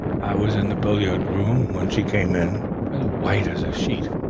i was in the billiard-room when she came in, as white as a sheet,